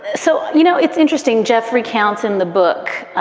so, you know, it's interesting. jeffrey counts in the book,